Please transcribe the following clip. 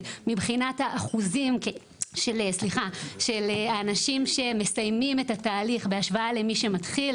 מבחינת האחוזים של אנשים שמסיימים את התהליך בהשוואה למי שמתחיל.